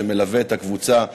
שמלווה את הקבוצה.